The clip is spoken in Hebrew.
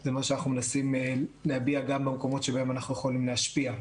זה מה שאנחנו מנסים להביע גם במקומות שבהם אנחנו יכולים להשפיע.